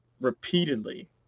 repeatedly